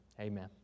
Amen